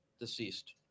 deceased